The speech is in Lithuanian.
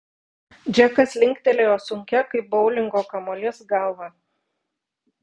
džekas linktelėjo sunkia kaip boulingo kamuolys galva